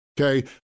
okay